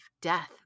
death